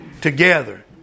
together